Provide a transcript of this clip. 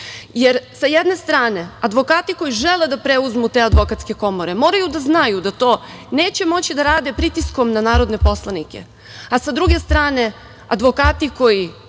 sa jedne strane, advokati koji žele da preuzmu te advokatske komore moraju da znaju da to neće moći da rade pritiskom na narodne poslanike, a sa druge strane, advokati koji